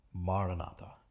Maranatha